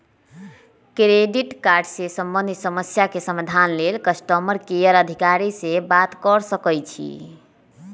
credit card से संबंधित समस्या के समाधान लेल कस्टमर केयर अधिकारी से बात कर सकइछि